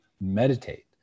Meditate